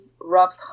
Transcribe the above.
rough